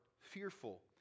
fearful